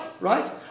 right